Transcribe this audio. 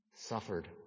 suffered